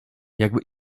jakby